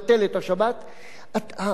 החשש הזה לא באמת קיים.